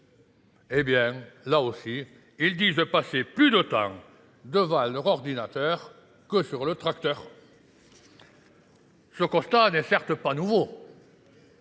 Eh bien, là aussi, ils disent de passer plus de temps devant leur ordinateur que sur le tracteur. Ce constat n'est certes pas nouveau.